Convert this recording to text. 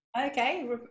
Okay